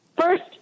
First